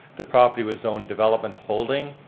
the property was zoned development holding,